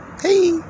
Hey